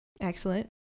Excellent